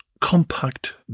compact